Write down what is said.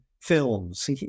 films